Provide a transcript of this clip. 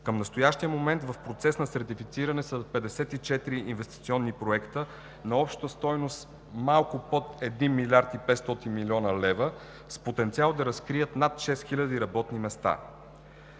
Към настоящия момент в процес на сертифициране са 54 инвестиционни проекта на обща стойност малко под 1 млрд. 500 млн. лв. с потенциал да разкрият над 6000 работни места.